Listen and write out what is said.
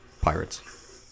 Pirates